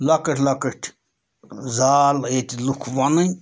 لۄکٕٹۍ لۄکٕٹۍ زال ییٚتہِ لُکھ وۄنٕنۍ